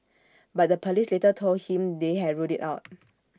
but the Police later told him they had ruled IT out